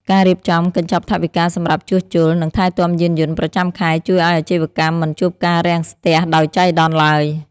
ការរៀបចំកញ្ចប់ថវិកាសម្រាប់ជួសជុល និងថែទាំយានយន្តប្រចាំខែជួយឱ្យអាជីវកម្មមិនជួបការរាំងស្ទះដោយចៃដន្យឡើយ។